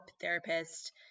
therapist